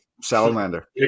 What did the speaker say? Salamander